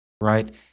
right